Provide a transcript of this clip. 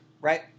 right